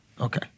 Okay